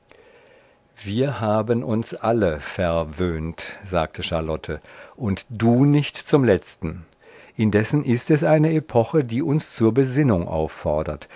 wir haben uns alle verwöhnt sagte charlotte und du nicht zum letzten indessen ist es eine epoche die uns zur besinnung auffordert